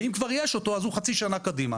ואם כבר יש אותו אז התור הוא חצי שנה קדימה.